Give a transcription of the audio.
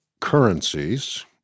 currencies